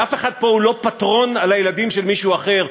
ואף אחד פה הוא לא פטרון על הילדים של מישהו אחר,